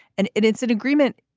and it's an agreement.